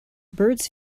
birds